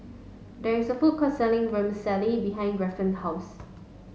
there is a food court selling Vermicelli behind Grafton house